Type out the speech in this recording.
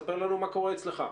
ספר לנו מה קורה אצלך.